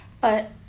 but-